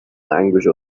language